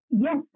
Yes